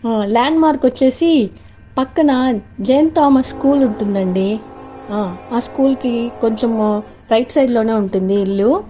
land mark వచ్చేసి పక్కన జెన్ థామస్ స్కూల్ ఉంటుందండి ఆ స్కూల్కి కొంచెం రైట్ సైడ్లోనే ఉంటుంది ఇల్లు